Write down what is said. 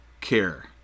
care